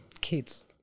kids